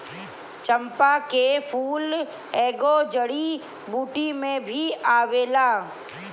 चंपा के फूल एगो जड़ी बूटी में भी आवेला